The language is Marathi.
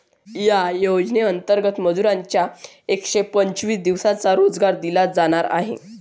या योजनेंतर्गत मजुरांना एकशे पंचवीस दिवसांचा रोजगार दिला जाणार आहे